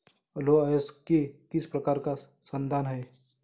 लौह अयस्क किस प्रकार का संसाधन है?